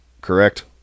correct